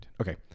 Okay